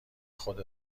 خود